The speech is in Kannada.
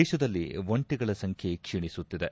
ದೇಶದಲ್ಲಿ ಒಂಟೆಗಳ ಸಂಬ್ಕೆ ಕ್ಷೀಣಿಸುತ್ತಿದೆ